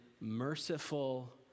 merciful